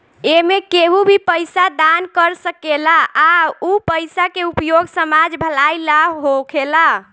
एमें केहू भी पइसा दान कर सकेला आ उ पइसा के उपयोग समाज भलाई ला होखेला